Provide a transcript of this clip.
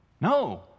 no